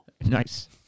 Nice